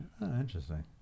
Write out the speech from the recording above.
Interesting